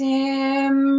Sim